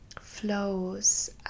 flows